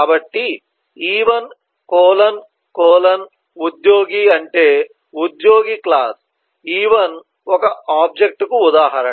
కాబట్టి ఇ1 colon colon ఉద్యోగి అంటే ఉద్యోగి క్లాస్ ఇ1 ఒక ఆబ్జెక్ట్ కు ఉదాహరణ